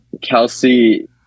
Kelsey